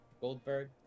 Goldberg